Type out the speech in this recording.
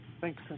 Thanks